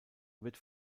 wird